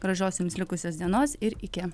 gražios jums likusios dienos ir iki